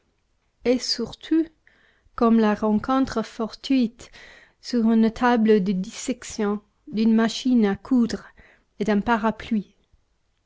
et surtout comme la rencontre fortuite sur une table de dissection d'une machine à coudre et d'un parapluie